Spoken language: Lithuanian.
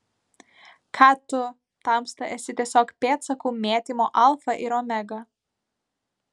ką tu tamsta esi tiesiog pėdsakų mėtymo alfa ir omega